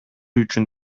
үчүн